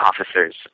officers